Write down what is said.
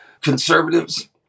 conservatives